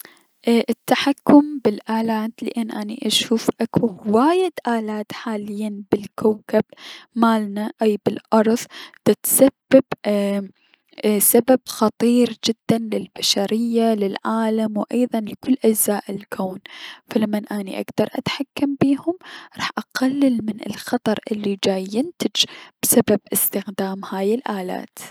التحكم بلالات لأن اني اشوف انو اكو هواية الات بلكوكب مالنا اي بلأرض دتسبب اي- سبب خطير جدا للبشرية للعالم و ايضا لكل اجزاء الكون، فلمن اني اكدر اتحكم بيهم، راح اقلل من الخطر الي جاي ينتج بسبب استخدام هذي الالات.